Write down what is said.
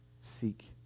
seek